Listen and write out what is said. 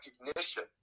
recognition